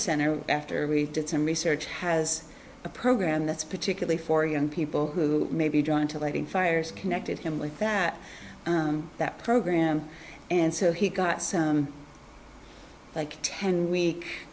center after we did some research has a program that's particularly for young people who may be drawn to lighting fires connected him with that that program and so he got like ten week